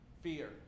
Fear